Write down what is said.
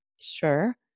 Sure